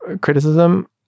criticism